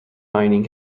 mining